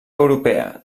europea